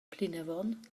plinavon